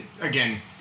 Again